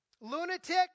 lunatic